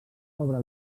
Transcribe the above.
obra